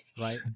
right